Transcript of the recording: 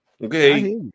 Okay